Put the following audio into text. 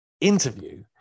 interview